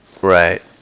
Right